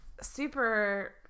Super